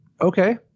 okay